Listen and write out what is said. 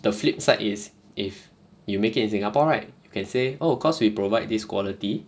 the flip side is if you make it in singapore right you can say oh cause we provide this quality